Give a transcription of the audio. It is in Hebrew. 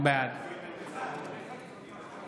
בעד